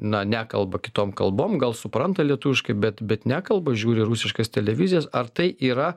na nekalba kitom kalbom gal supranta lietuviškai bet bet nekalba žiūri rusiškas televizijas ar tai yra